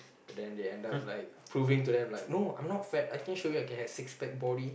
then they end up like proving to them like no I'm not fat I can show you I can have six pec body